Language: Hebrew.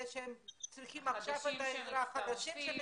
אנשים חדשים שצריכים עכשיו את העזרה ומצטרפים.